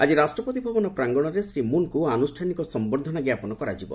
ଆଜି ରାଷ୍ଟ୍ରପତି ଭବନ ପ୍ରାଙ୍ଗଣରେ ଶ୍ରୀ ମୁନ୍ଙ୍କୁ ଆନୁଷ୍ଠାନିକ ସମ୍ଭର୍ଦ୍ଧନା ଜ୍ଞାପନ କରାଯିବ